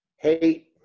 Hate